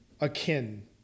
akin